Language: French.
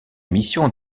missions